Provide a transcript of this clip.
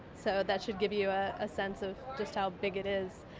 so that should give you a ah sense of just how big it is.